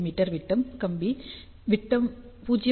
me விட்டம் கம்பி விட்டம் 0